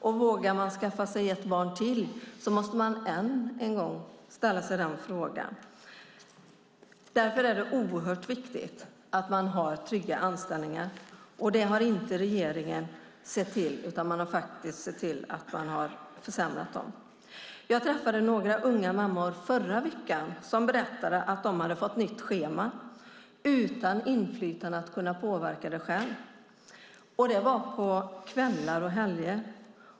Och innan man vågar skaffa ett barn till måste man än en gång fråga sig om man har det. Därför är det oerhört viktigt med trygga anställningar. Detta har inte regeringen sett till, utan man har försämrat dem. Jag träffade några unga mammor förra veckan som berättade att de hade fått nytt schema utan att själva ha haft möjlighet till inflytande och påverkan. Det var på kvällar och helger.